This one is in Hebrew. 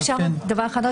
עוד דבר אחד.